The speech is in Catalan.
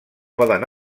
poden